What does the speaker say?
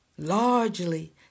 Largely